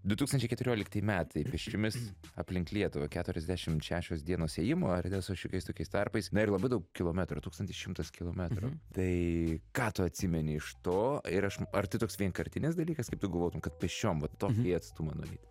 du tūkstančiai keturioliktieji metai pėsčiomis aplink lietuvą keturiasdešimt šešios dienos ėjimo ar ne su šiokiais tokiais tarpais na ir labai daug kilometrų tūkstantis šimtas kilometrų tai ką tu atsimeni iš to ir aš ar tai toks vienkartinis dalykas kaip tu galvotum kad pėsčiom vat tokį atstumą nueit